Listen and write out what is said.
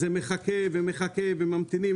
זה מחכה ומחכה וממתינים.